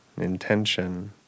intention